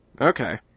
okay